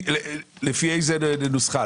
לפי איזו נוסחה?